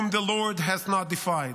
whom the lord hath not defied?